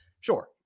sure